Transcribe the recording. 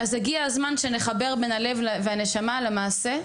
הגיע הזמן שנחבר בין הלב והנשמה לבין המעשה,